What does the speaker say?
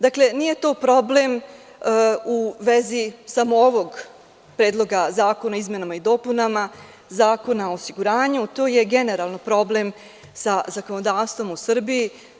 Dakle, nije to problem u vezi samo ovog predloga zakona o izmenama i dopunama Zakona o osiguranju, to je generalno problem sa zakonodavstvom u Srbiji.